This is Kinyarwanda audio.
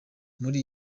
muri